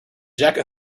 jacket